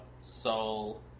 soul